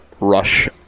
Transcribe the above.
rush